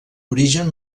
origen